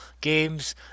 games